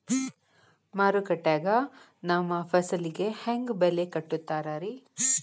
ಮಾರುಕಟ್ಟೆ ಗ ನಮ್ಮ ಫಸಲಿಗೆ ಹೆಂಗ್ ಬೆಲೆ ಕಟ್ಟುತ್ತಾರ ರಿ?